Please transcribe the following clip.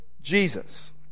Jesus